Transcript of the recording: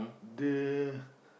the